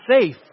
safe